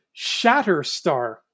Shatterstar